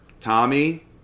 Tommy